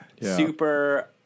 super